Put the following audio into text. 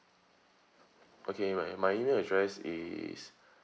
okay my my email address is